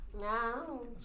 No